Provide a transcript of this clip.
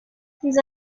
these